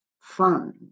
fun